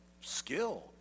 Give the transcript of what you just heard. skilled